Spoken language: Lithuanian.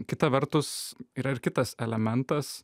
kita vertus yra ir kitas elementas